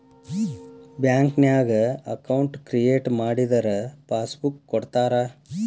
ಬ್ಯಾಂಕ್ನ್ಯಾಗ account create ಮಾಡಿದರ passbook ಕೊಡ್ತಾರಾ